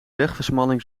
wegversmalling